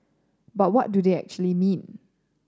but what do they actually mean